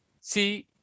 See